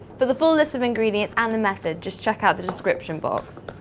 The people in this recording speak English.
for the full list of ingredients and the method, just check out the description box.